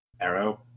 Arrow